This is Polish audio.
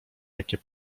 jakie